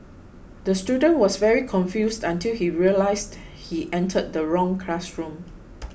the student was very confused until he realised he entered the wrong classroom